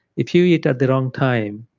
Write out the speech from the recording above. if you eat at the wrong time,